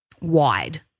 wide